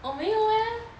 我没有 eh